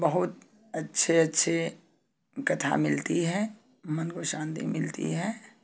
बहुत अच्छे अच्छे कथा मिलती है मन को शांति मिलती है